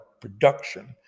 production